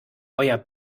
euer